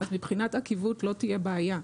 כך שמבחינת עקיבות לא תהיה בעיה.